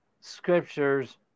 scriptures